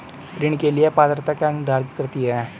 ऋण के लिए पात्रता क्या निर्धारित करती है?